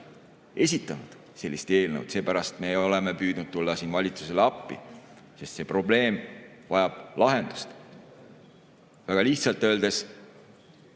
esitanud ka eelmine valitsus. Seepärast oleme püüdnud tulla siin valitsusele appi, sest see probleem vajab lahendust. Väga lihtsalt öeldes